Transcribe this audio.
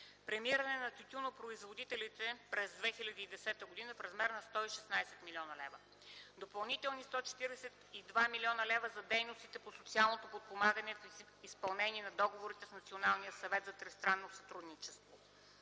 премиране на тютюнопроизводителите през 2010 г. в размер 116 млн. лв.; - допълнителни 142 млн. лв. за дейностите по социалното подпомагане в изпълнение на договорените с Националния съвет за тристранно сътрудничество